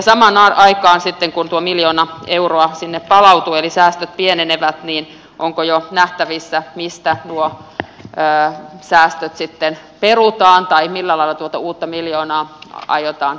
samaan aikaan sitten kun tuo miljoona euroa sinne palautuu eli säästöt pienenevät onko jo nähtävissä mistä nuo säästöt sitten perutaan tai millä lailla tuota uutta miljoonaa aiotaan käyttää